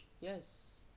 yes